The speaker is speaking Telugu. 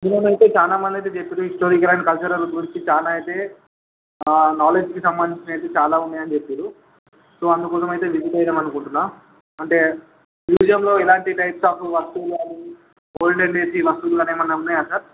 మ్యుజియం అయితే చాలా మంది అయితే చెప్పారు హిస్టోరీకల్ కల్చరల్ గురించి చాలా అయితే ఆ నాలెడ్జ్కి సంబంధించినవి చాలా ఉన్నాయి అని చెప్పారు సో అందుకోసం అయితే విజిట్ చేద్దాం అనుకుంటున్నాను అంటే మ్యూజియంలో ఎలాంటి టైప్స్ ఆఫ్ వస్తువులు కాని ఓల్డెన్ డేస్వి వస్తువులు కాని ఏమైనా ఉన్నాయా సార్